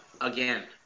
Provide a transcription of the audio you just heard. Again